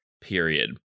period